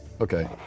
Okay